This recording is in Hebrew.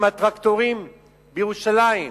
עם הטרקטורים בירושלים.